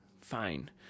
Fine